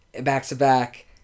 back-to-back